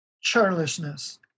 churlishness